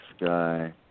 sky